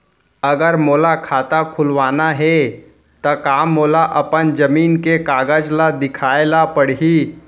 अगर मोला खाता खुलवाना हे त का मोला अपन जमीन के कागज ला दिखएल पढही?